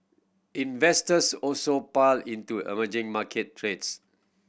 investors also piled into emerging market trades